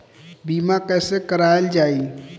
बीमा कैसे कराएल जाइ?